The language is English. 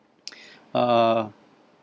uh